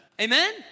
Amen